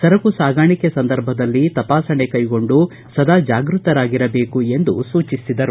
ಸರಕು ಸಾಗಾಣಿಕೆ ಸಂದರ್ಭದಲ್ಲಿ ತಪಾಸಣೆ ಕೈಗೊಂಡು ಸದಾ ಜಾಗೃತರಾಗಿರಬೇಕು ಎಂದು ಸೂಚಿಸಿದರು